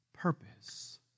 Purpose